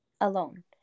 alone